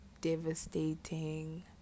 devastating